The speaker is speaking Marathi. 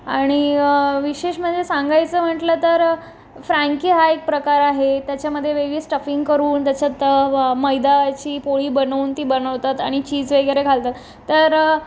आणि विशेष म्हणजे सांगायचं म्हटलं तर फ्रँकी हा एक प्रकार आहे त्याच्यामध्ये वेगळी स्टफिंग करून त्याच्यात व मैदाची पोळी बनवून ती बनवतात आणि चीज वगैरे घालतात तर